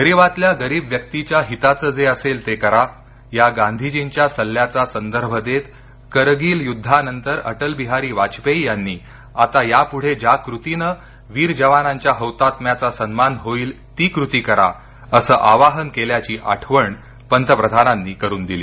गरिबातल्या गरीब व्यक्तीच्या हिताचं जे असेल ते करा या गांधीजींच्या सल्ल्याचा संदर्भ देत करगिल युद्धानंतर अटलबिहारी वाजपेयी यांनी आता यापुढे ज्या कृतीनं वीर जवानांच्या हौतात्म्याचा सन्मान होईल ती कृती करा असं आवाहन केल्याची आठवण पंतप्रधानांनी करून दिली